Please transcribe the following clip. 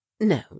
no